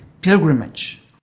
pilgrimage